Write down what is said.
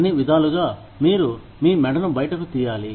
అన్ని విధాలుగా మీరు మీ మెడను బయటకు తీయాలి